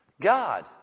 God